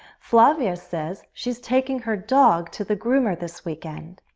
flavia says she's taking her dog to the groomer this weekend.